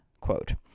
quote